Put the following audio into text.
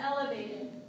elevated